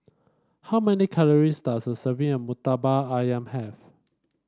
how many calories does a serving of murtabak ayam have